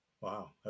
Wow